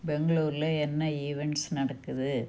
பெங்களூர்ல என்ன ஈவெண்ட்ஸ் நடக்குது